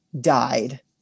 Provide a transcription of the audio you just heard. died